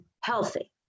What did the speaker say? healthy